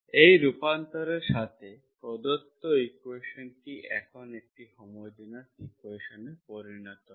এই রূপান্তরের সাথে প্রদত্ত ইকুয়েশনটি এখন একটি হোমোজেনিয়াস ইকুয়েশনে পরিণত হয়